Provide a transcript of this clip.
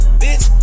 bitch